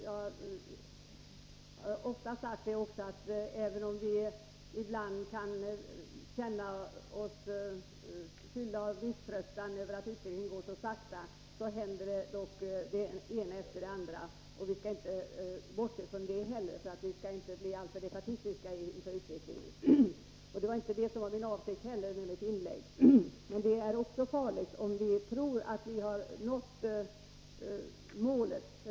Jag har ofta sagt att även om vi ibland kan känna oss fyllda av misströstan över att utvecklingen går sakta, så händer dock det ena efter det andra. Vi skall inte bortse från det och får inte bli alltför defaitistiska inför utvecklingen. Det var heller inte avsikten med mitt inlägg. Men det är också farligt om vi tror att vi har nått målet.